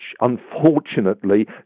unfortunately